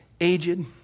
aged